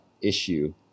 issue